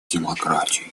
демократию